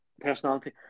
personality